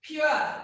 Pure